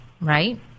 right